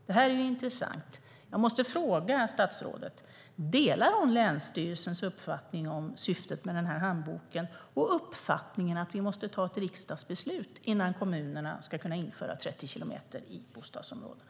Detta är intressant. Jag måste fråga statsrådet: Delar hon länsstyrelsens uppfattning om syftet med handboken och uppfattningen att vi måste fatta ett riksdagsbeslut innan kommunerna kan införa 30 kilometer i timmen i bostadsområdena?